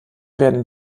werden